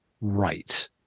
right